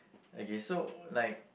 okay so like